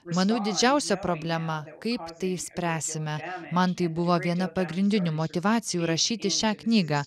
manau didžiausia problema kaip tai išspręsime man tai buvo viena pagrindinių motyvacijų rašyti šią knygą